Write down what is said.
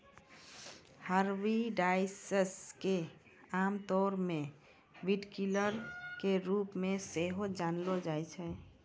herbicides के आमतौरो पे वीडकिलर के रुपो मे सेहो जानलो जाय छै